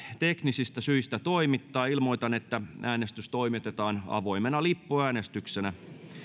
teknisistä syistä toimittaa ilmoitan että äänestys toimitetaan avoimena lippuäänestyksenä